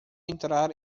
entrar